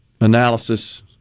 analysis